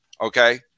Okay